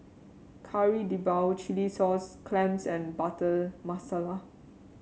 Kari Debal Chilli Sauce Clams and Butter Masala